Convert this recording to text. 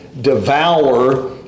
devour